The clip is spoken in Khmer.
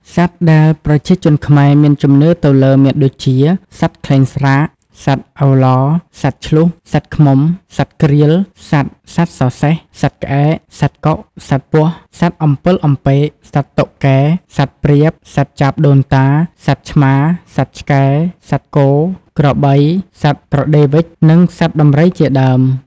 សត្វដែលប្រជាជនខ្មែរមានជំនឿទៅលើមានដូចជា សត្វខ្លែងស្រាក សត្វឪឡ សត្វឈ្លូស សត្វឃ្មុំ សត្វក្រៀល សត្វសត្វសសេះ សត្វក្អែក សត្វកុក សត្វពស់ សត្វអំពិលអំពែក សត្វតុកកែ សត្វព្រាប សត្វចាបដូនតា សត្វឆ្មា សត្វឆ្កែ សត្វគោ ក្របី សត្វត្រដេវវ៉ិច និងសត្វដំរីជាដើម។